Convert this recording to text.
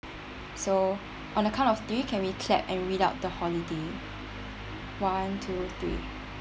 soon the count of three can we clap and read out the holiday one two three